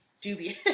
dubious